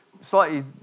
slightly